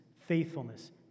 faithfulness